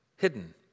hidden